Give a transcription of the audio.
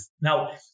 Now